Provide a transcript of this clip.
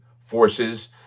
forces